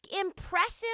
Impressive